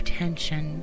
tension